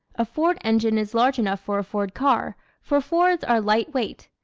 a ford engine is large enough for a ford car, for fords are light weight.